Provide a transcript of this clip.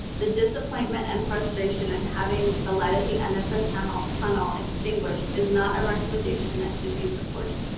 the disappointment and frustration and having the ah light at the end of the tunnel tunnel extinguished is not a recommendation that should be supported.